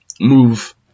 move